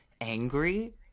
angry